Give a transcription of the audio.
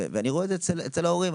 ואני רואה את זה אצל ההורים.